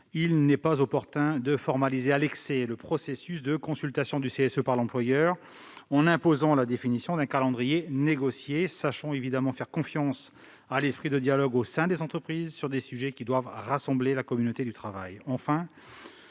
il n'est pas opportun de formaliser à l'excès le processus de consultation du CSE par l'employeur en imposant la définition d'un calendrier négocié : sachons faire confiance à l'esprit de dialogue au sein des entreprises sur des sujets qui doivent rassembler la communauté de travail.